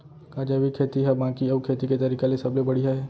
का जैविक खेती हा बाकी अऊ खेती के तरीका ले सबले बढ़िया हे?